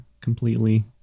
completely